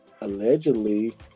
allegedly